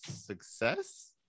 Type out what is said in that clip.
success